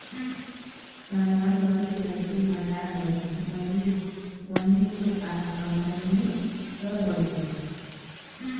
समान बढ़ी वैसे बजार बढ़ी, वही से आमदनिओ त बढ़ी